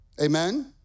Amen